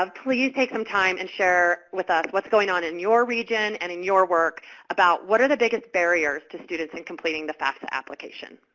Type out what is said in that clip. please take some time and share with us what's going on in your region and in your work about what are the biggest barriers to students in completing the fafsa application.